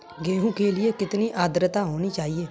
गेहूँ के लिए कितनी आद्रता होनी चाहिए?